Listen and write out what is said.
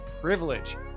privilege